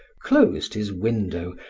closed his window,